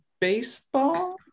baseball